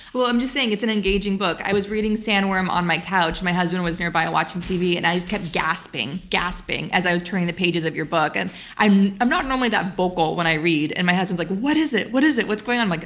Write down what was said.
well, i'm just saying it's an engaging book. i was reading sandworm on my couch, my husband was nearby watching tv and i just kept gasping, gasping as i was turning the pages of your book. and i'm i'm not normally that vocal when i read, and my husband's like, what is it? what is it? what's going on? i'm like,